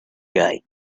guy